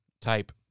type